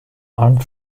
armed